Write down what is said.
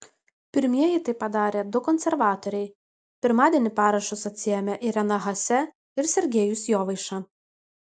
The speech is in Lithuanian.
pirmieji tai padarė du konservatoriai pirmadienį parašus atsiėmė irena haase ir sergejus jovaiša